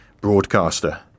broadcaster